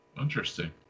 Interesting